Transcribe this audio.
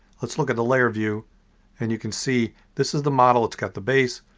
let's look at the layer view and you can see, this is the model, it's got the base,